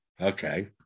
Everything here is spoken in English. Okay